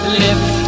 lift